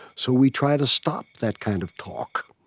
so we try to stop that kind of talk.